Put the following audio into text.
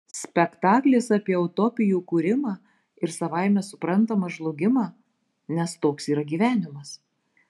spektaklis apie utopijų kūrimą ir savaime suprantama žlugimą nes toks yra gyvenimas